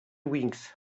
wings